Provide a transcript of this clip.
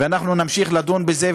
ואנחנו נמשיך לדון בזה.